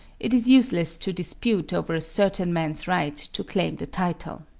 it is useless to dispute over a certain man's right to claim the title.